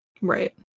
right